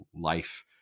life